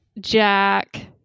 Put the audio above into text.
Jack